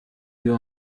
wir